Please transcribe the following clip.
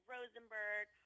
Rosenberg